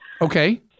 Okay